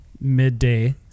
midday